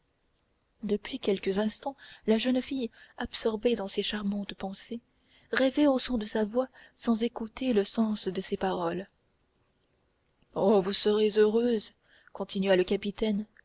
depuis quelques instants la jeune fille absorbée dans ses charmantes pensées rêvait au son de sa voix sans écouter le sens de ses paroles oh vous serez heureuse continua le capitaine